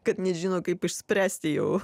kad nežino kaip išspręsti jau